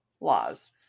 laws